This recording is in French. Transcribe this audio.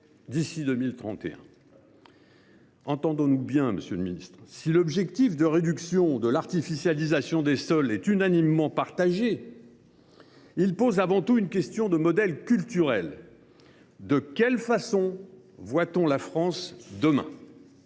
d’ici à 2031. Entendons nous bien, si l’objectif de réduction de l’artificialisation des sols est unanimement partagé, il pose avant tout une question de modèle culturel. De quelle façon voit on la France de demain ?